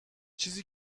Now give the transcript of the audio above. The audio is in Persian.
چیزی